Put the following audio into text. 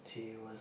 she was